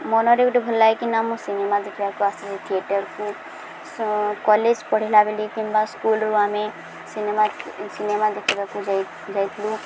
ମନରେ ଗୋଟେ ଭଲ ଲାଗେ କି ନା ମୁଁ ସିନେମା ଦେଖିବାକୁ ଆସିଛି ଥିଏଟରକୁ କଲେଜ ପଢ଼ିଲା ବେଳେ କିମ୍ବା ସ୍କୁଲରୁ ଆମେ ସିନେମା ସିନେମା ଦେଖିବାକୁ ଯାଇଥିଲୁ